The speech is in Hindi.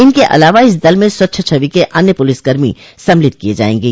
इनके अलावा इस दल में स्वच्छ छवि के अन्य पुलिस कर्मी सम्मिलित किये जायेंगे